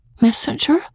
Messenger